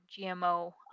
GMO